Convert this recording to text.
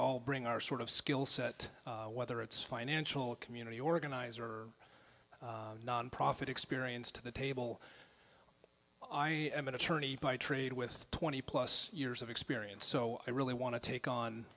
all bring our sort of skill set whether it's financial community organizer non profit experience to the table i am an attorney by trade with twenty plus years of experience so i really want to take on